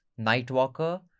Nightwalker